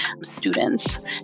students